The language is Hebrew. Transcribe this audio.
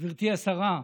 גברתי השרה,